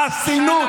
לא נמצא, מנסור